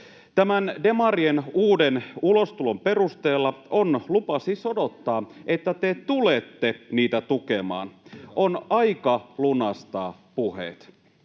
Tämän demarien uuden ulostulon perusteella on lupa siis odottaa, että te tulette niitä tukemaan. On aika lunastaa puheet.